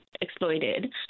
exploited